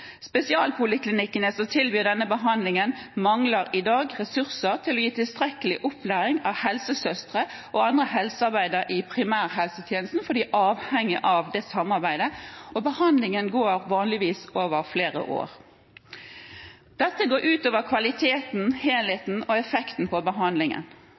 Spesialpoliklinikkene som tilbyr denne behandlingen, mangler i dag ressurser til å gi tilstrekkelig opplæring av helsesøstre og andre helsearbeidere i primærhelsetjenesten, for de er avhengige av dette samarbeidet, og behandlingen går vanligvis over flere år. Dette går ut over kvaliteten, helheten og effekten på behandlingen.